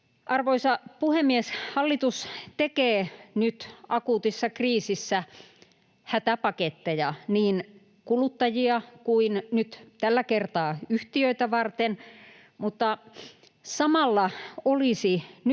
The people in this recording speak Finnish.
Arvoisa puhemies! Hallitus tekee nyt akuutissa kriisissä hätäpaketteja niin kuluttajia kuin nyt tällä kertaa yhtiöitä varten, mutta samalla olisi nyt